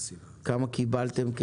כמה כסף קיבלתם,